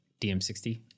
DM60